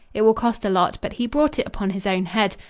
it will cost a lot, but he brought it upon his own head.